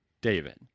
David